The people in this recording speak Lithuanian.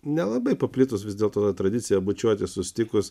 nelabai paplitus vis dėl to tradicija bučiuotis susitikus